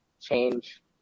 change